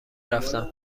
رفتم